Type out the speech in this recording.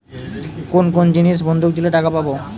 কোন কোন জিনিস বন্ধক দিলে টাকা পাব?